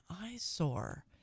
eyesore